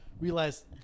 realize